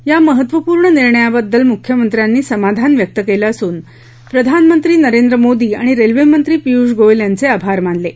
या महत्त्वपूर्ण निर्णयाबद्दल मुख्यमंत्र्यांनी समाधान व्यक्त केलं असून प्रधानमंत्री नरेंद्र मोदी आणि रेल्वेमंत्री पीयूष गोयल यांचे आभार मानले आहेत